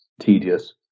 tedious